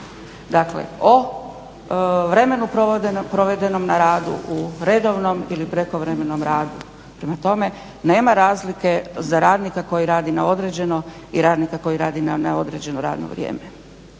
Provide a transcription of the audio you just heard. Dakle, o vremenu provedenom na radu u redovnom ili prekovremenom radu, prema tome nema razlike za radnika koji radi na određeno i radnika koji radi na neodređeno radno vrijeme.